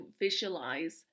visualize